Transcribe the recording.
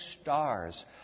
stars